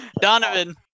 Donovan